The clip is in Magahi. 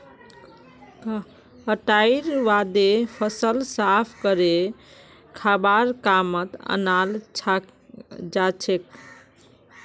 कटाईर बादे फसल साफ करे खाबार कामत अनाल जाछेक